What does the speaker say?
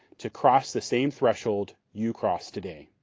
to cross the same threshold you crossed today.